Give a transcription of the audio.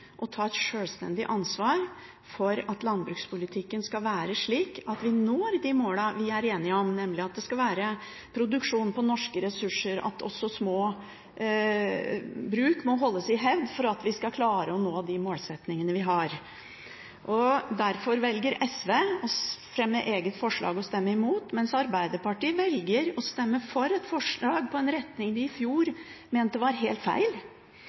og ta et sjølstendig ansvar for at landbrukspolitikken skal være slik at vi når de målene vi er enige om, nemlig at det skal være produksjon på norske ressurser, og at også små bruk må holdes i hevd for at vi skal klare å nå de målsettingene vi har. Derfor velger SV å fremme eget forslag og stemme imot, mens Arbeiderpartiet velger å stemme for et forslag om en retning de i fjor mente var helt feil.